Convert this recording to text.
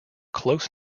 close